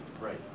right